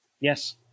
yes